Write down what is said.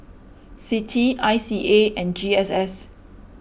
Citi I C A and G S S